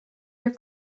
your